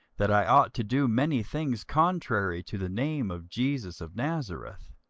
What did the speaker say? that i ought to do many things contrary to the name of jesus of nazareth.